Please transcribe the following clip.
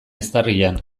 eztarrian